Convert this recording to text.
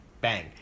Bang